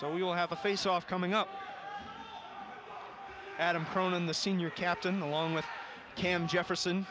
so we will have a faceoff coming up adam prone in the senior captain along with cam jefferson